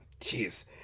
Jeez